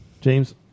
James